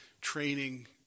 training